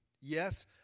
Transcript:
Yes